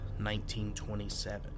1927